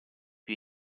più